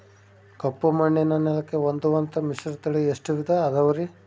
ಕಪ್ಪುಮಣ್ಣಿನ ನೆಲಕ್ಕೆ ಹೊಂದುವಂಥ ಮಿಶ್ರತಳಿ ಎಷ್ಟು ವಿಧ ಅದವರಿ?